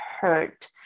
hurt